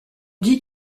dit